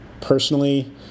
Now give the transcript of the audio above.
personally